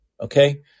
Okay